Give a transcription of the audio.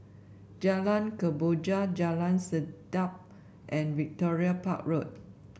Jalan Kemboja Jalan Sedap and Victoria Park Road